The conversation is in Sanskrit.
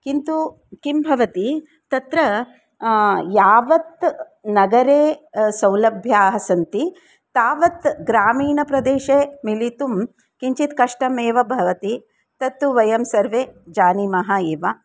किन्तु किं भवति तत्र यावत् नगरे सौलभ्यानि सन्ति तावत् ग्रामीणप्रदेशे मिलितुं किञ्चित् कष्टमेव भवति तत्तु वयं सर्वे जानीमः एव